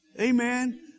Amen